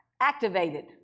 activated